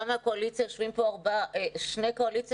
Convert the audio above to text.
אתה מהקואליציה ויושבים כאן שני חברי כנסת מהקואליציה